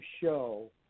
show